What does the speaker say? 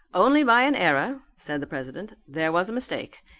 only by an error, said the president. there was a mistake.